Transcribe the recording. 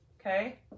okay